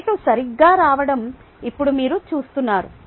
rate సరిగ్గా రావడం ఇప్పుడు మీరు చూస్తున్నారు